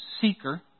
seeker